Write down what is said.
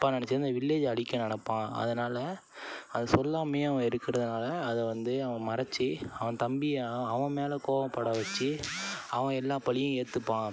தப்பாக நினைச்சி அந்த வில்லேஜ்ஜை அழிக்க நினப்பான் அதனால் அதை சொல்லாமையே அவன் இருக்கிறதால அதை வந்து அவன் மறைத்து அவன் தம்பியை அவன் மேலே கோவப்பட வச்சு அவன் எல்லாம் பழியும் ஏற்றுப்பான்